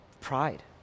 pride